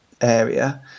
area